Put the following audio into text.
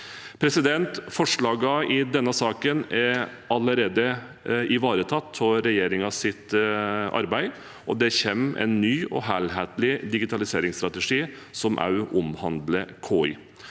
i Norge. Forslagene i denne saken er allerede ivaretatt av regjeringens arbeid, og det kommer en ny og helhetlig digitaliseringsstrategi som også omhandler KI.